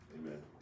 Amen